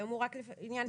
והיום הוא רק לעניין פרק ה'.